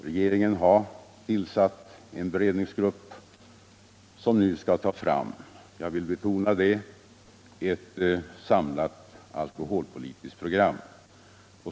Regeringen har ju tillsatt en beredningsgrupp som nu skall utarbeta — jag vill betona det — ett samlat alkoholpolitiskt program.